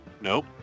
Nope